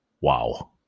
wow